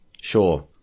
sure